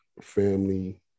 family